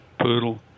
poodle